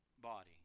body